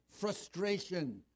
frustration